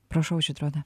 prašau žydrone